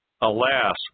Alas